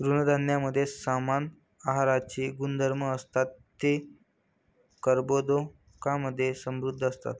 तृणधान्यांमध्ये समान आहाराचे गुणधर्म असतात, ते कर्बोदकांमधे समृद्ध असतात